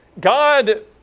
God